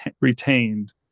retained